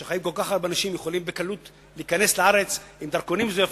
שכל כך הרבה אנשים יכולים בקלות להיכנס לארץ עם דרכונים מזויפים,